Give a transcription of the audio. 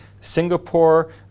singapore